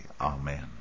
Amen